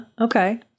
Okay